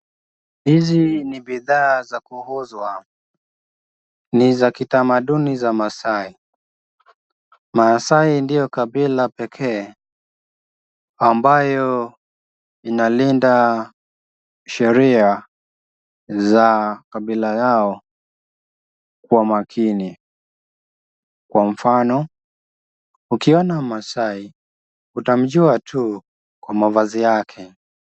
Hizi ni bidhaa za kuuzwa, ni za kitamanduni ya kimaasai, maasai ndilo kabila pekee ambalo linalinda sheria za kikabila yao kwa imakini, kwa mfano, ukiona masai utamjua tu kwa mavazi yake.